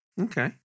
Okay